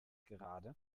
gerade